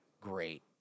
great